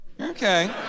Okay